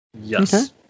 Yes